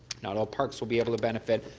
not all parks will be able to benefit,